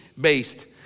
based